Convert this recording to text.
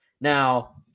Now